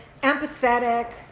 empathetic